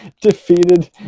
defeated